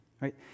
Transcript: right